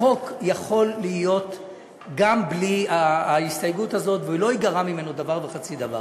החוק יכול להיות גם בלי ההסתייגות הזאת ולא ייגרע ממנו דבר וחצי דבר.